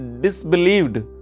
disbelieved